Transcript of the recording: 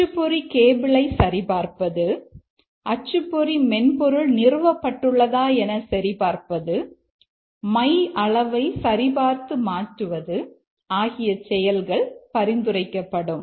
அச்சுப்பொறி கேபிளை சரிபார்ப்பது அச்சுப்பொறி மென்பொருள் நிறுவப்பட்டுள்ளதா என சரி பார்ப்பது மை அளவை சரிபார்த்து மாற்றுவது ஆகிய செயல்கள் பரிந்துரைக்கப்படும்